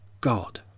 God